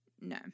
No